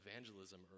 evangelism